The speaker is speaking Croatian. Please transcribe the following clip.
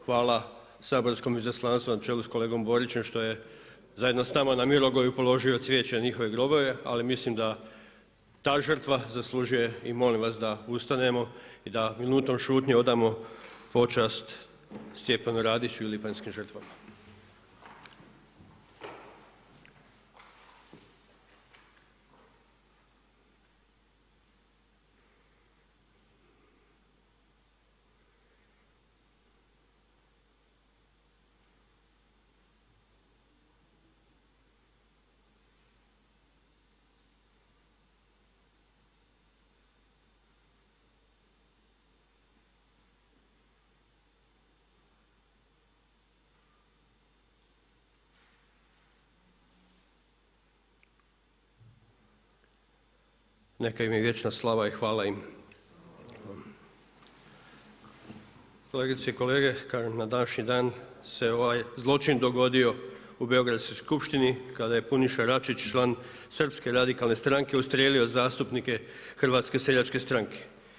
Hvala saborskom izaslanstvu na čelu s kolegom Borićem što je zajedno s nama Mirogoju položio cvijeće na njihove grobove, ali mislim da ta žrtva zaslužuje i molim vas da ustanemo i da minutom šutnje odamo počast Stjepanu Radiću i lipanjskim žrtvama. - Minuta šutnje. –- Neka im je vječna slava i hvala im! - Kolegice i kolege, kažem na današnji dan se ovaj zločin dogodio u Beogradskoj skupštini kada je Puniša Račić član Srpske radikalne stranke ustrijelio zastupnike HSS-a.